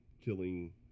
killing